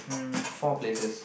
um four places